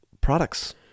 products